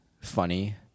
funny